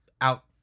out